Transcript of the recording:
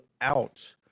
out